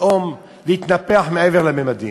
פתאום להתנפח מעבר לממדים.